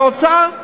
מהאוצר?